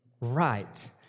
right